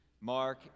Mark